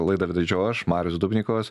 laidą vedžiau aš marius dubnikovas